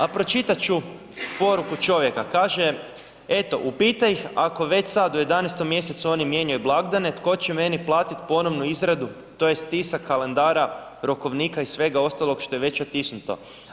A pročitati ću poruku čovjeka, kaže, eto upitaj ih ako već sad u 11. mjesecu oni mijenjaju blagdane tko će meni platiti ponovnu izradu, tj. tisak kalendara, rokovnika i svega ostalog što je već otisnuto?